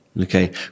Okay